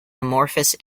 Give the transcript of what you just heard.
amorphous